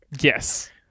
yes